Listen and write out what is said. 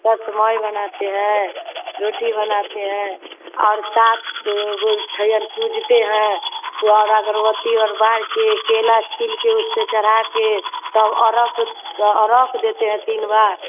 छठ माई बनाते है रोटी बनाते हैं और सात वह पूजते हैं पोअरा अगरबत्ती और बार के केला छिलके उस पर चढ़ाकर तब अरघ अरघ देते हैं तीन बार